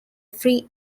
free